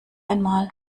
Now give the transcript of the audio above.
einmal